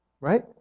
Right